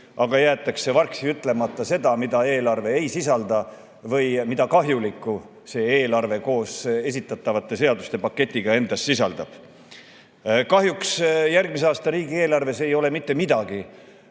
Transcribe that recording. aga jäetakse vargsi ütlemata seda, mida eelarve ei sisalda või mida kahjulikku see eelarve koos esitatavate seaduste paketiga endas sisaldab. Kahjuks järgmise aasta riigieelarves ei ole mitte midagi